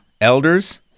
elders